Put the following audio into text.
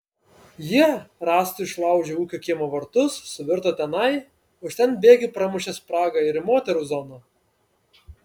jie rąstu išlaužė ūkio kiemo vartus suvirto tenai o iš ten bėgiu pramušė spragą ir į moterų zoną